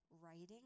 writing